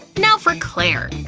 now for claire!